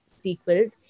sequels